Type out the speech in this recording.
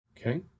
Okay